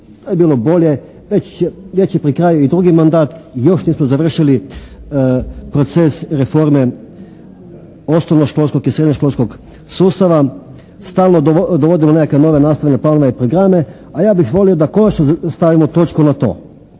To je bilo bolje, već je pri kraju i drugi mandat i još nismo završili proces reforme osnovno školskog i srednje školskog sustava. Stalno dovodimo nekakve nove nastavne planove i programe a ja bih volio da konačno stavimo točku na to.